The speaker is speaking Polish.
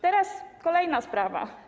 Teraz kolejna sprawa.